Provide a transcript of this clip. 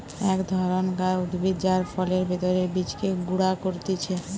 এক ধরণকার উদ্ভিদ যার ফলের ভেতরের বীজকে গুঁড়া করতিছে